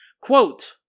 quote